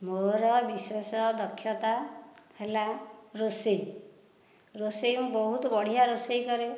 ମୋର ବିଶେଷ ଦକ୍ଷତା ହେଲା ରୋଷେଇ ରୋଷେଇ ମୁଁ ବହୁତ ବଢ଼ିଆ ରୋଷେଇ କରେ